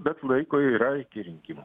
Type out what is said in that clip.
bet laiko yra iki rinkimų